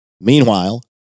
Meanwhile